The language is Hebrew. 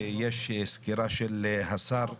ויש סקירה של השר,